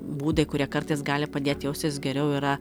būdai kurie kartais gali padėt jaustis geriau yra